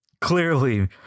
Clearly